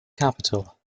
capital